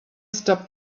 stop